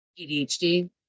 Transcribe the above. ADHD